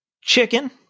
chicken